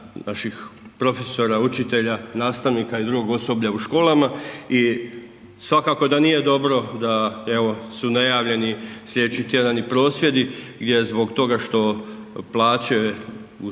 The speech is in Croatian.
naših profesora, učitelja, nastavnika i drugog osoblja u školama. I svakako da nije dobro da evo su najavljeni sljedeći tjedan i prosvjedi zbog toga što plaće u